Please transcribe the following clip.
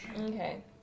Okay